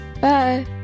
Bye